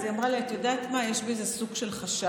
אז היא אמרה לי: את יודעת מה, יש מזה סוג של חשש.